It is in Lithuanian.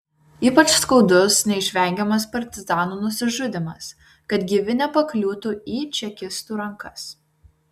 ypač skaudus neišvengiamas partizanų nusižudymas kad gyvi nepakliūtų į čekistų rankas